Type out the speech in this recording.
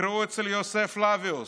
תקראו אצל יוספוס פלביוס.